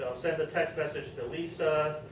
um send the text message to lisa.